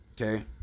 Okay